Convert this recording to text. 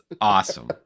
awesome